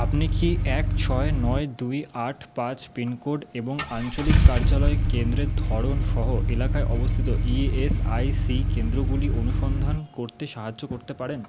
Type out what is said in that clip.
আপনি কি এক ছয় নয় দুই আট পাঁচ পিনকোড এবং আঞ্চলিক কার্যালয় কেন্দ্রের ধরণসহ এলাকায় অবস্থিত ই এস আই সি কেন্দ্রগুলি অনুসন্ধান করতে সাহায্য করতে পারেন